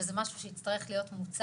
וזה משהו שיצטרך להיות מוצג.